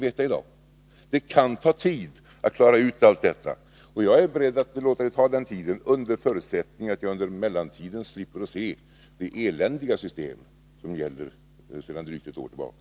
Men det kan ta tid att klara ut detta — det vet vi inte i dag. Jag är beredd att låta det ta den tiden under förutsättning att vi under mellantiden slipper att ha det eländiga system som gäller sedan drygt ett år tillbaka.